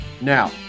now